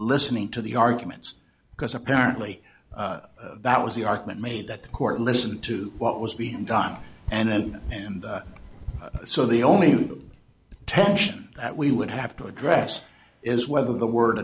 listening to the arguments because apparently that was the argument made that the court listened to what was being done and then and so the only tension that we would have to address is whether the word